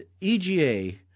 EGA